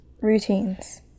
Routines